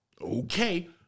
Okay